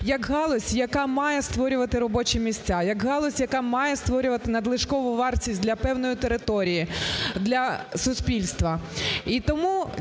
як галузь, яка має створювати робочі місця, як галузь, яка має створювати надлишкову вартість для певної території, для суспільства.